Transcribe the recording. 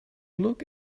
look